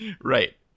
Right